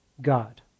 God